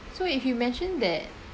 so if you mentioned that